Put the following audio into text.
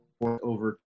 over